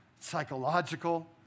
psychological